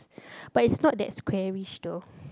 but it's not that squarish though